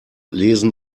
lesen